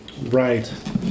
Right